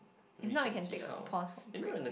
if not we can take a pause or a break